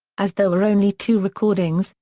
as there were only two recordings,